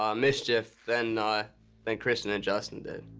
um mischief than, ah than kristen and justin did.